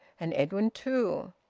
and edwin too!